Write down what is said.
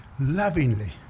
lovingly